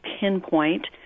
pinpoint